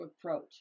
approach